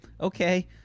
Okay